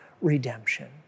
redemption